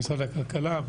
במשרד הכלכלה,